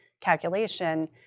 calculation